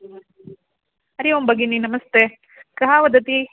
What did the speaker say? हरिः ओं भगिनि नमस्ते का वदति